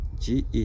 GE